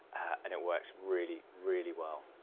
and it works really, really well,